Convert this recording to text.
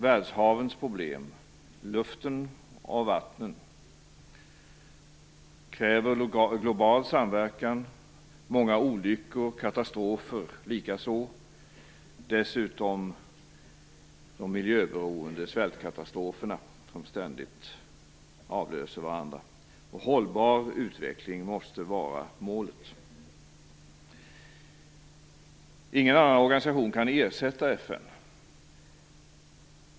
Världshavens problem, luften och vattnen kräver global samverkan liksom många olyckor och katastrofer samt de miljöberoende svältkatastrofer som ständigt avlöser varandra. En hållbar utveckling måste vara målet. Ingen annan organisation kan ersätta FN.